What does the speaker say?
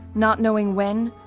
not knowing when,